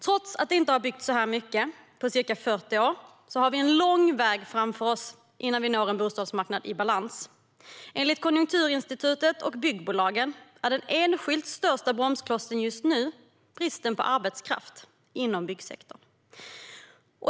Trots att det inte har byggts så här mycket på ca 40 år har vi en lång väg framför oss innan vi når en bostadsmarknad i balans. Enligt Konjunkturinstitutet och byggbolagen är den enskilt största bromsklossen just nu bristen på arbetskraft inom byggsektorn.